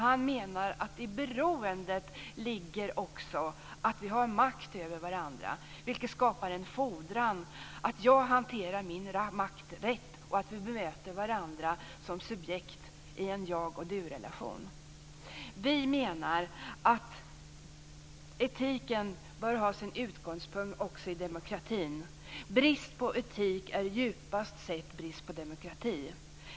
Han menar att i beroendet ligger också att vi har makt över varandra, vilket skapar en fordran att jag hanterar min makt rätt och att vi möter varandra som subjekt i en jag-och-du-relation. Vi menar att etiken bör ha sin utgångspunkt också i demokratin. Brist på etik är djupast sett brist på demokrati.